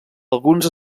alguns